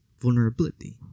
vulnerability